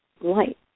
light